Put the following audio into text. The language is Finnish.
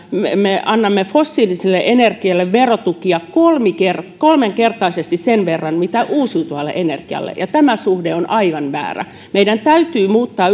annamme fossiiliselle energialle verotukia kolminkertaisesti sen verran kuin uusiutuvalle energialle ja tämä suhde on aivan väärä meidän täytyy muuttaa